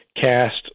cast